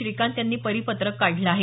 श्रीकांत यांनी परिपत्रक काढलं आहे